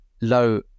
low